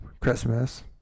Christmas